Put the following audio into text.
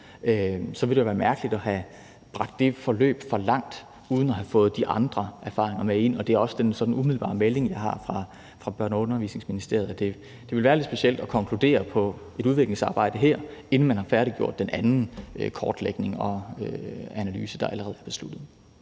så vil det være mærkeligt at have bragt det forløb for langt uden at have fået de andre erfaringer med ind. Og det er også den sådan umiddelbare melding, jeg har fra Børne- og Undervisningsministeriet. Det ville være lidt specielt at konkludere på et udviklingsarbejde her, inden man har færdiggjort den anden kortlægning og analyse, der allerede er besluttet.